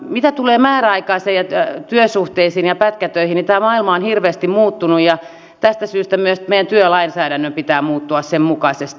mitä tulee määräaikaisiin työsuhteisiin ja pätkätöihin niin tämä maailma on hirveästi muuttunut ja tästä syystä myös meidän työlainsäädännön pitää muuttua sen mukaisesti